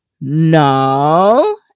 no